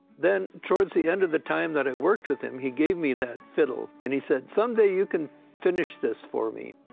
then towards the end of the time that i worked with him, he gave me that fiddle. and he said, someday you can finish this for me.